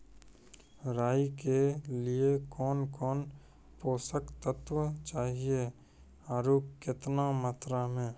राई के लिए कौन कौन पोसक तत्व चाहिए आरु केतना मात्रा मे?